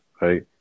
right